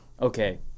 okay